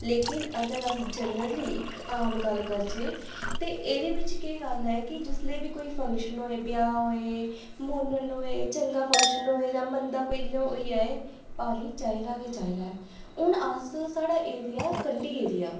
लेकिन अगर अस जनरली इक आम गल्ल करचै ते एह्दे बिच केह् गल्ल ऐ कि जिसलै बी कोई फंक्शन होए ब्याह् होए मोनन होए चंगा फंक्शन होए जां मंदा कोई इ'यां होई आए पानी चाहिदा गै चाहिदा हून अस साढ़ा एरिया कंढी एरिया ऐ